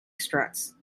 struts